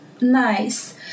nice